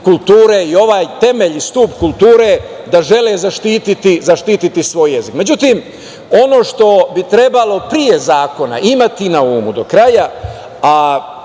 kulture i ovaj temelj i stub kulture, da žele zaštiti svoj jezik.Međutim, ono što bi trebalo pre zakona imati na umu do kraja,